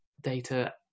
data